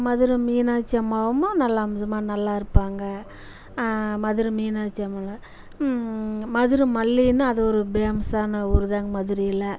மதுரை மீனாட்சி அம்மாவும் நல்லா அம்சமாக நல்லா இருப்பாங்க மதுரை மீனாட்சி அம்மன் மதுரை மல்லின்னால் அது ஒரு பேமஸ்ஸான ஊருதாங்க மதுரையில்